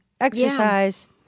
exercise